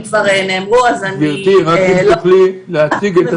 כשבאים לשם